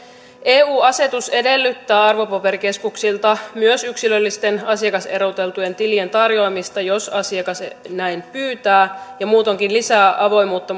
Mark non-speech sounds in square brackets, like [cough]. eu asetus edellyttää arvopaperikeskuksilta myös yksilöllisten asiakaseroteltujen tilien tarjoamista jos asiakas näin pyytää ja muutoinkin lisää avoimuutta [unintelligible]